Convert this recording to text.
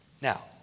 Now